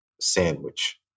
sandwich